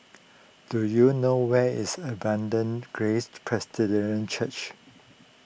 do you know where is Abundant Grace Presbyterian Church